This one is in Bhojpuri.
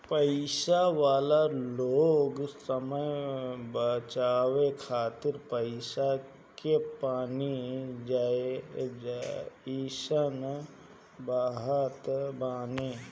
पईसा वाला लोग समय बचावे खातिर पईसा के पानी जइसन बहावत बाने